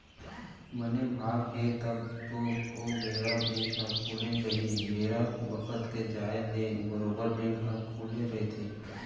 बने भाग हे तब तो ओ बेरा बेंक ह खुले रही बेरा बखत के जाय ले बरोबर बेंक ह खुले रहिथे